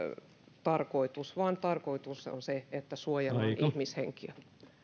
päätarkoitus vaan tarkoitus on se että suojellaan ihmishenkiä